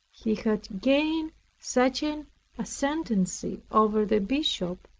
he had gained such an ascendancy over the bishop,